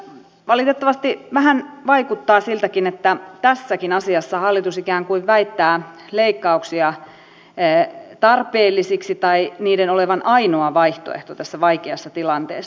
valitettavasti vähän vaikuttaa siltäkin että tässäkin asiassa hallitus ikään kuin väittää leikkauksia tarpeellisiksi tai niiden olevan ainoa vaihtoehto tässä vaikeassa tilanteessa